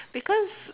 because